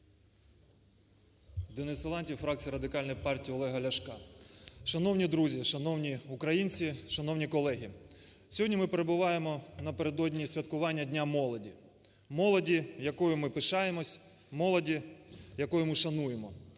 Денис Силантьєв, фракція Радикальної партії Олега Ляшка. Шановні друзі, шановні українці, шановні колеги, сьогодні ми перебуваємо напередодні святкування Дня молоді. Молоді, якою ми пишаємося, молоді яку ми шануємо.